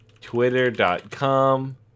Twitter.com